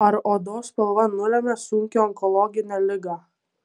ar odos spalva nulemia sunkią onkologinę ligą